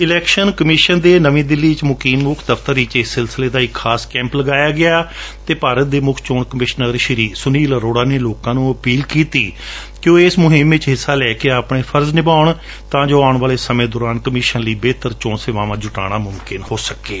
election commission ਦੇ ਨਵੀਂ ਦਿੱਲੀ 'ਚ ਮੁਕੀਮ ਮੁੱਖ ਦਫਤਰ ਵਿੱਚ ਇਸ ਸਿਲਸਿਲੇ ਦਾ ਇੱਕ ਖਾਸ ਕੈਂਪ ਲਗਾਇਆ ਗਿਆ ਅਤੇ ਭਾਰਤ ਦੇ ਮੁੱਖ ਚੋਣ ਕਮਿਸ਼ਨਰ ਸ਼੍ਰੀ ਸੁਨੀਲ ਅਰੋਤਾ ਨੇ ਲੋਕਾਂ ਨੂੰ ਅਪੀਲ ਕੀਤੀ ਹੈ ਕਿ ਉਹ ਇਸ ਮੁਹਿਮ ਵਿੱਚ ਹਿੱਸਾ ਲੈਕੇ ਆਪਣੇ ਫਰਜ ਨਿਭਾਉਣ ਤਾਂ ਜੋ ਆਉਣ ਵਾਲੇ ਸਮੇਂ ਦੌਰਾਨ ਕਮਿਸ਼ਨਰ ਲਈ ਬੇਹਤਰ ਚੋਣ ਸੇਵਾਵਾਂ ਜੁਟਾਉਣਾ ਮੁਮਕਿਨ ਹੋ ਸਕੇ